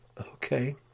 Okay